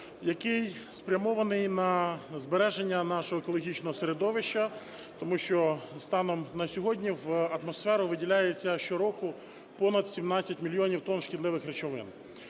який спрямований на збереження нашого екологічного середовища, тому що станом на сьогодні в атмосферу виділяється щороку понад 17 мільйонів тонн шкідливих речовин.